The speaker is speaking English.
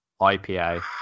IPA